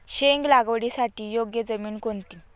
शेंग लागवडीसाठी योग्य जमीन कोणती?